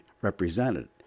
represented